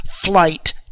flight